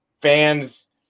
fans –